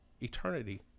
eternity